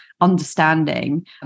understanding